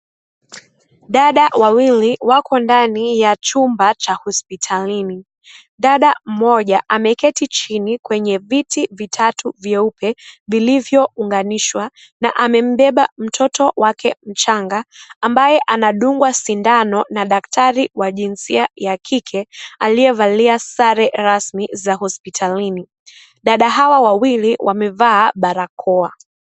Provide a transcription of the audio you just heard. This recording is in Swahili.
Dada wawili wako ndani ya chumba cha hospitalini . Dada mmoja ameketi chini kwenye viti vitatu vyeupe vilivyounganishwa na amembeba mtoto wake mchanga ambaye anadungwa sindano na daktari wa jinsia ya kike aliyevalia sare rasmi za hospitalini . Dada hawa wawili wamevaa barakoa .